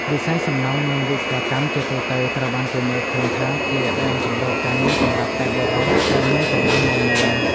វិស័យសំណង់ និងវិស្វកម្មជាទូទៅត្រូវបានគេមើលឃើញថាជាដែនជម្រកការងារសម្រាប់តែបុរសដែលមានកម្លាំងមាំមួន។